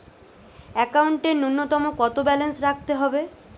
একাউন্টে নূন্যতম কত ব্যালেন্স রাখতে হবে?